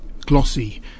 glossy